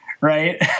right